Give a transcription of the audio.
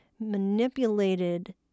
manipulated